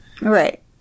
right